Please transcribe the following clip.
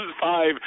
five